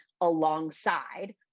alongside